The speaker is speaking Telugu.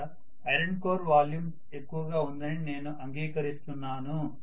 ఇక్కడ ఐరన్ కోర్ వాల్యూమ్ ఎక్కువ గా ఉందని నేను అంగీకరిస్తున్నాను